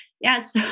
Yes